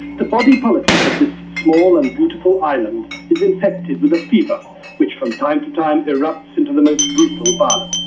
the body politic of this small and beautiful island is infected with a fever which from time to time erupts into the most brutal violence.